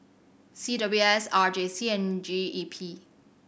C W S R J C and G E P